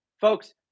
Folks